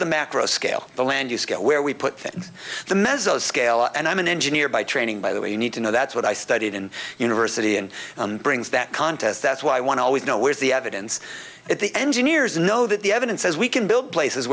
the macro scale the land use scale where we put the mezzo scale and i'm an engineer by training by the way you need to know that's what i studied in university and brings that contest that's why i want to always know where is the evidence that the engineers know that the evidence says we can build places